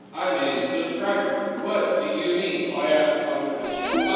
i'm a and new subscriber. what do you mean? oh yeah, some people are new to this channel. ah,